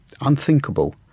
unthinkable